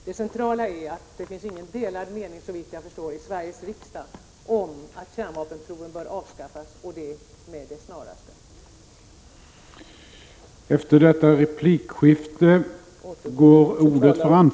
Det centrala är dock att det, såvitt jag förstår, inte finns några delade meningar i Sveriges riksdag om att kärnvapenproven bör upphöra och det med det snaraste.